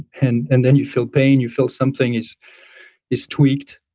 and and then you feel pain, you feel something is is tweaked